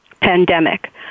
pandemic